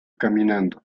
caminando